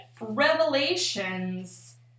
revelations